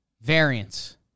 Variants